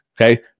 Okay